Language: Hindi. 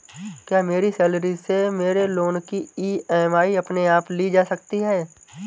क्या मेरी सैलरी से मेरे लोंन की ई.एम.आई अपने आप ली जा सकती है?